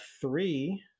three